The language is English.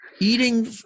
eating